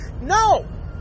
No